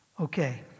Okay